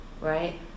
Right